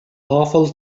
awful